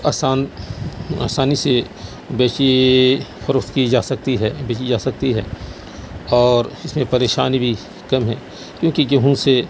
آسان آسانی سے بیچی فروخت کی جا سکتی ہے بیجی جا سکتی ہے اور اس میں پریشانی بھی کم ہے کیوںکہ گیہوں سے